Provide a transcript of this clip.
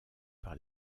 par